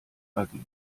waggis